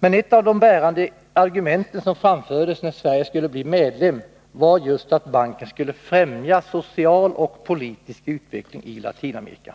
Men ett av de bärande argumenten som framfördes när Sverige skulle bli medlem var just att banken skulle främja social och politisk utveckling i Latinamerika.